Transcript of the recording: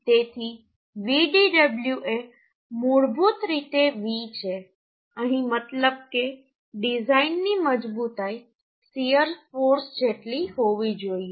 તેથી Vdw એ મૂળભૂત રીતે V છે અહીં મતલબ કે ડિઝાઇનની મજબૂતાઈ શીયર ફોર્સ જેટલી હોવી જોઈએ